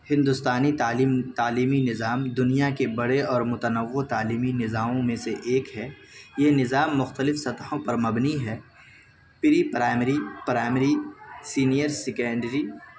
ہندوستانی تعلیم تعلیمی نظام دنیا کے بڑے اور متنوع تعلیمی نظاموں میں سے ایک ہے یہ نظام مختلف سطحوں پر مبنی ہے pre primary primary senior secondary